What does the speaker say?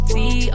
See